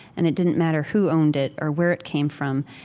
and it didn't matter who owned it or where it came from,